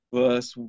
verse